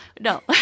no